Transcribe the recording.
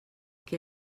que